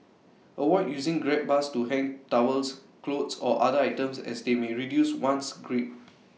avoid using grab bars to hang towels clothes or other items as they may reduce one's grip